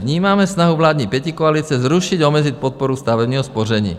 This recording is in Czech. Vnímáme snahu vládní pětikoalice zrušit a omezit podporu stavebního spoření.